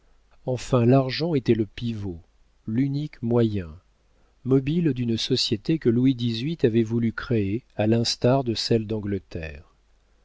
enfin l'argent était le pivot l'unique moyen l'unique mobile d'une société que louis xviii avait voulu créer à l'instar de celle d'angleterre de